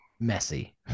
Messy